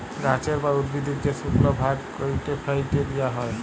গাহাচের বা উদ্ভিদের যে শুকল ভাগ ক্যাইটে ফ্যাইটে দিঁয়া হ্যয়